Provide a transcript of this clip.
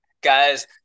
guys